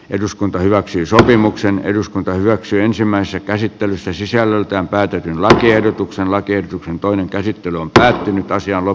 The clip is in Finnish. eduskunta hyväksyi sopimuksen eduskunta hyväksyi ensimmäisessä käsittelyssä sisällöltään päätetyn lakiehdotuksen lakiehdotuksen toinen käsittely on päättynyt taas lakiehdotuksesta